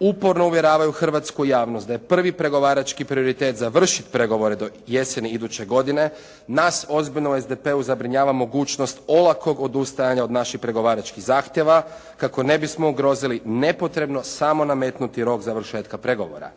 uporno uvjeravaju hrvatsku javnost da je prvi pregovarački prioritet završit pregovore do jeseni iduće godine, nas ozbiljno u SDP-u zabrinjava mogućnost olakog odustajanja od naših pregovaračkih zahtjeva kako ne bismo ugrozili nepotrebno samo nametnuti rok završetka pregovora.